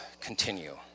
continue